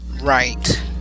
right